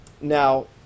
Now